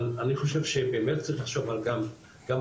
אבל אני חושב שבאמת צריך לחשוב גם על